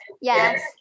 yes